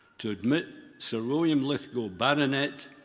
to admit sir william lithgow, baronet,